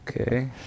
Okay